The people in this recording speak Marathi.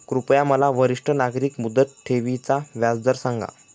कृपया मला वरिष्ठ नागरिक मुदत ठेवी चा व्याजदर सांगा